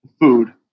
food